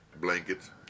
Blankets